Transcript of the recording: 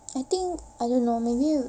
I think I don't know maybe you